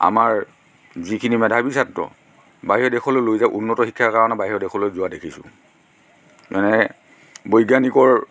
আমাৰ যিখিনি মেধাৱী ছাত্ৰ বাহিৰৰ দেশলৈ লৈ যাব উন্নত শিক্ষাৰ কাৰণে বাহিৰৰ দেশলৈ যোৱা দেখিছোঁ মানে বৈজ্ঞানিকৰ